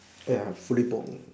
ya free book